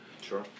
Sure